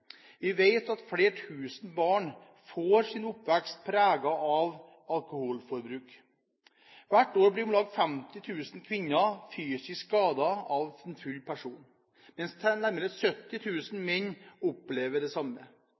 Vi vet at flere tusen barn får sin oppvekst preget av alkoholbruk. Hvert år blir om lag 50 000 kvinner fysisk skadet av en full person, mens nærmere 70 000 menn opplever det samme.